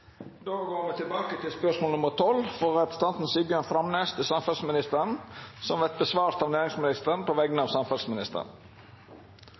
Då går me til spørsmål 12. Dette spørsmålet, frå representanten Sigbjørn Framnes til samferdselsministeren, vil verta svara på av næringsministeren på vegner